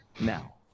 Now